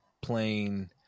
playing